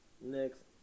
Next